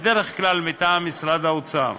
בדרך כלל מטעם משרד האוצר.